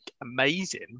amazing